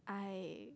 I